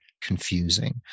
confusing